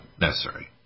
necessary